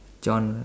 genre